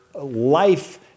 life